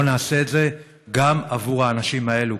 בואו נעשה את זה גם עבור האנשים האלה,